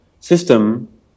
system